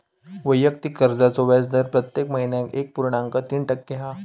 वैयक्तिक कर्जाचो व्याजदर प्रत्येक महिन्याक एक पुर्णांक तीन टक्के हा